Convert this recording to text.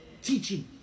Teaching